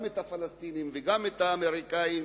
גם את הפלסטינים וגם את האמריקנים,